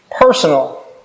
personal